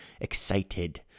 excited